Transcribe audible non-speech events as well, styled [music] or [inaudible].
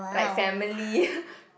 like family [laughs]